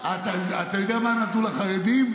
אתה יודע מה נתנו לחרדים?